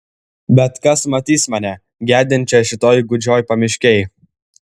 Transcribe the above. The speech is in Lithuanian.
bet kas matys mane gedinčią šitoj gūdžioj pamiškėj